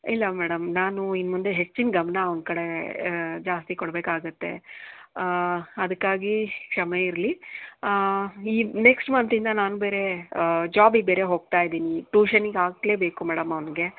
ಇಲ್ಲ ಮೇಡಮ್ ನಾನು ಇನ್ನು ಮುಂದೆ ಹೆಚ್ಚಿನ ಗಮನ ಅವ್ನ ಕಡೆ ಜಾಸ್ತಿ ಕೊಡ್ಬೇಕಾಗುತ್ತೆ ಅದಕ್ಕಾಗಿ ಕ್ಷಮೆ ಇರಲಿ ಈ ನೆಕ್ಸ್ಟ್ ಮಂತ್ ಇಂದ ನಾನು ಬೇರೆ ಜಾಬಿಗೆ ಬೇರೆ ಹೋಗ್ತಾ ಇದ್ದೀನಿ ಟ್ಯೂಷನ್ಗೆ ಹಾಕಲೇ ಬೇಕು ಮೇಡಮ್ ಅವ್ನಿಗೆ